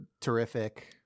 terrific